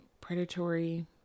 predatory